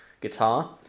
guitar